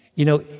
you know,